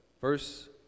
Verse